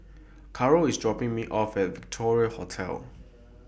Karol IS dropping Me off At Victoria Hotel